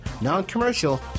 non-commercial